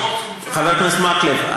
חבר הכנסת מקלב,